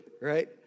right